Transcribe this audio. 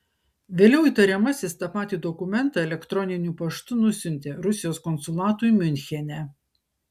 vėliau įtariamasis tą patį dokumentą elektroniniu paštu nusiuntė rusijos konsulatui miunchene